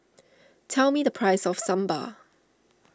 tell me the price of Sambar